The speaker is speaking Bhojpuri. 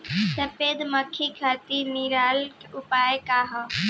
सफेद मक्खी खातिर निवारक उपाय का ह?